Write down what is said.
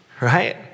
right